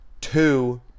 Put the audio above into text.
Two